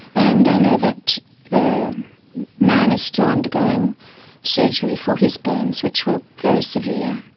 and i know that the man is still undergoing surgery for his burns which were very severe,